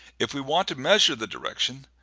if we want to measure the direction,